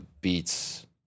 beats